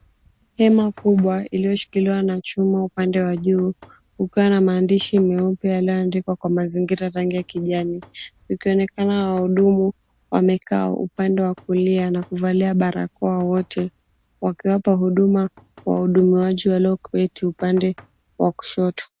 Hema kubwa iliyoshikiliwa na chuma upande wa juu, ukiwa na maandishi meupe yaliyoandikwa kwa mazingira rangi ya kijani. Kukionekana wahudumu, wamekaa upande wa kulia na kuvalia barakoa wote wakiwapa huduma wahudumiaji walioketi upande wa kushoto.